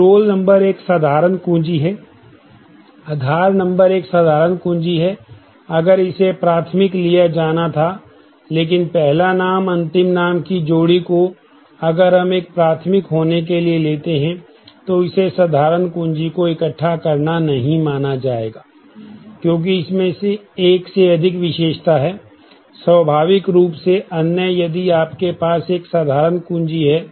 तो roll number एक साधारण कुंजी है आधार नंबर एक साधारण कुंजी है अगर इसे प्राथमिक लिया जाना था लेकिन पहला नाम अंतिम नाम की जोड़ी को अगर हम एक प्राथमिक होने के लिए लेते हैं तो इसे साधारण कुंजी को इकट्ठा करना नहीं माना जाएगा क्योंकि इसमें एक से अधिक विशेषता हैं स्वाभाविक रूप से अन्य यदि आपके पास एक साधारण कुंजी है